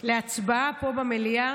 להצבעה פה במליאה,